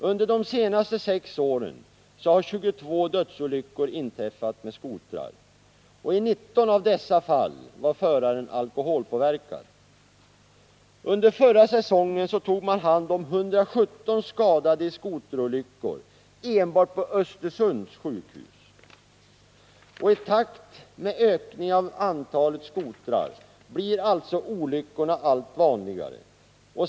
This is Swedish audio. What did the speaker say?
Under de senaste sex åren har 22 dödsolyckor inträffat med skotrar. I 19 av dessa fall var föraren alkoholpåverkad. Under förra säsongen tog man hand om 117 skadade i skoterolyckor enbart på Östersunds sjukhus. I takt med ökningen av antalet skotrar blir alltså olyckorna allt vanligare.